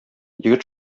егет